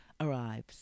arrives